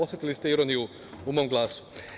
Osetili ste ironiju u mom glasu.